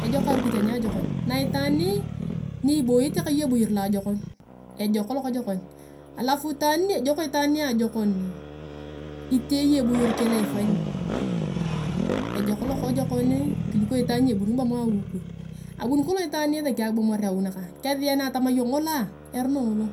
Ejok arukit aniajokon, na itani ni ibiyote ka iyong eboyer loajokon, ejok lokojokon. Alu itaani ejok itaani niajekon ite iyong eboyer keng vile ni ifanyi. ejok lokojokon kuliko itaan ni ebuni kibomea awi nekon. abuni kolong itaan nitiesaki akibomowar awi nakang naka. kesiyan ayong tamaa ngoloa, ereno ngolo,